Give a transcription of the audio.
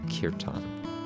Kirtan